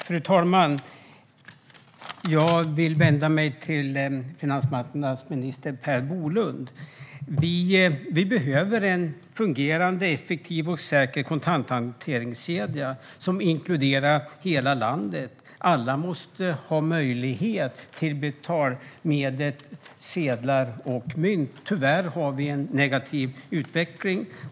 Fru talman! Jag vill vända mig till finansmarknadsminister Per Bolund. Vi behöver en fungerande, effektiv och säker kontanthanteringskejda som inkluderar hela landet. Alla måste ha möjlighet att använda betalningsmedlen sedlar och mynt. Tyvärr har vi i dag en negativ utveckling.